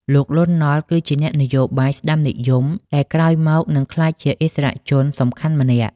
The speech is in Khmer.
លោក លន់ ណុល គឺជាអ្នកនយោបាយស្ដាំនិយមដែលក្រោយមកនឹងក្លាយជាឥស្សរជនសំខាន់ម្នាក់។